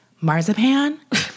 marzipan